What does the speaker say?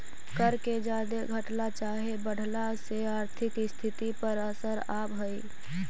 कर के जादे घटला चाहे बढ़ला से आर्थिक स्थिति पर असर आब हई